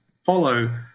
follow